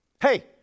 Hey